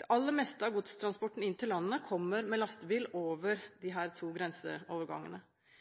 Det aller meste av godstransporten inn til landet kommer med lastebil over disse to grenseovergangene.